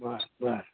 बरं बरं